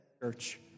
Church